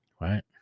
Right